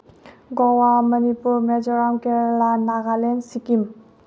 Goa Manipur Mizoram Kerala Nagaland Sikkim